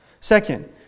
Second